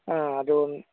ಹಾಂ ಅದು ಒಂದು